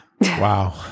Wow